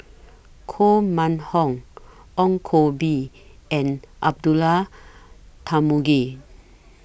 Koh Mun Hong Ong Koh Bee and Abdullah Tarmugi